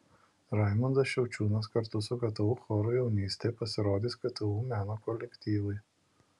raimundas šiaučiūnas kartu su ktu choru jaunystė pasirodys ktu meno kolektyvai